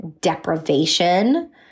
deprivation